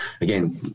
again